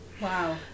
wow